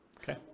Okay